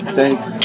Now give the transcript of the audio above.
Thanks